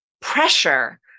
pressure